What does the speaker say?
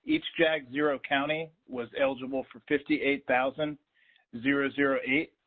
each jag zero county was eligible for fifty eight thousand zero zero eight,